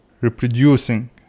reproducing